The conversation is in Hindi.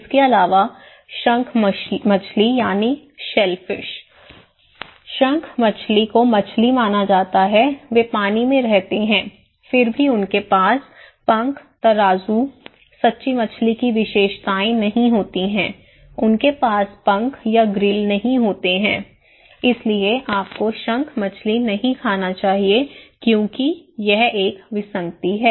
इसके अलावा शंख मछली शंख मछली को मछली माना जाता है वे पानी में रहते हैं फिर भी उनके पास पंख तराजू सच्ची मछली की विशेषताएं नहीं होती हैं उनके पास पंख या ग्रिल नहीं होते हैं इसलिए आपको शंख मछली नहीं खाना चाहिए क्योंकि यह एक विसंगति है